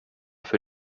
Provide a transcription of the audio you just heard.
für